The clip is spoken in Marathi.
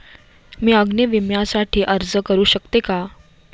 मी अग्नी विम्यासाठी अर्ज करू शकते का?